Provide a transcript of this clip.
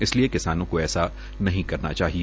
इस लिए किसानों को ऐसा नहीं करना चाहिए